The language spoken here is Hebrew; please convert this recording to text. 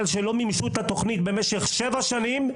שלא מימשו את התוכנית במשך שבע שנים.